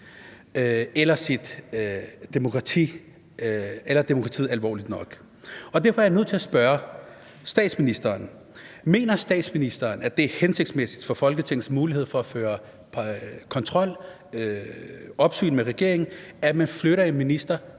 tager demokratiet alvorligt nok. Derfor er jeg nødt til at spørge statsministeren: Mener statsministeren, at det er hensigtmæssigt for Folketingets mulighed for at føre kontrol, opsyn med regeringen, at man flytter en minister